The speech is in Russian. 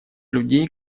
людей